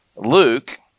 Luke